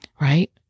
right